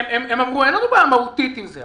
הם אמרו שאין להם בעיה מהותית עם זה,